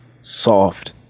Soft